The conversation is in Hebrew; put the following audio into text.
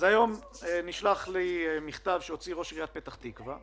אז היום נשלח לי מכתב שהוציא ראש עיריית פתח תקווה,